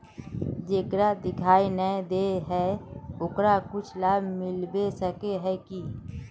जेकरा दिखाय नय दे है ओकरा कुछ लाभ मिलबे सके है की?